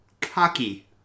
cocky